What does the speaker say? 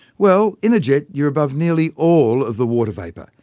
well, in a jet you're above nearly all of the water vapour.